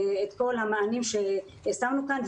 על כל המענים ששמנו כאן,